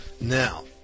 Now